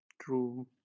True